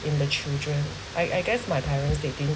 in the children I I guess my parents they didn't